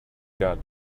got